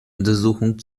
untersuchung